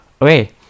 Okay